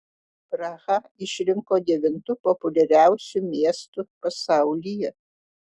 prahą išrinko devintu populiariausiu miestu pasaulyje